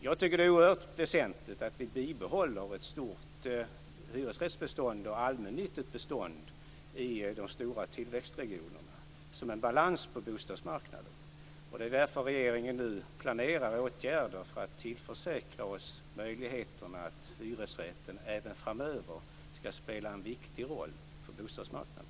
Jag tycker att det är oerhört väsentligt att vi bibehåller ett stort hyresrättsbestånd och ett allmännyttigt bestånd i de stora tillväxtregionerna för att det skall bli balans på bostadsmarknaden. Det är därför som regeringen nu planerar åtgärder för att tillförsäkra oss möjligheterna att hyresrätten även framöver skall spela en viktig roll på bostadsmarknaden.